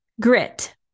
grit